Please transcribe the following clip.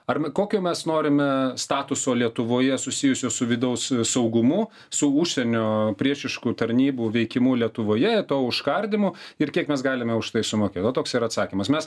arba kokio mes norime statuso lietuvoje susijusio su vidaus saugumu su užsienio priešiškų tarnybų veikimu lietuvoje to užkardymu ir kiek mes galime už tai sumokėt va toks ir atsakymas mes